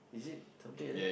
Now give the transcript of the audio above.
is it something like that